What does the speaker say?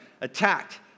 attacked